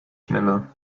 schneller